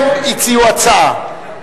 הם הציעו הצעה,